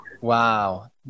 Wow